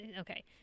okay